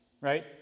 right